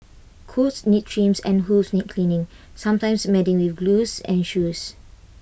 coats need trims and hooves need cleaning sometimes mending with glue and shoes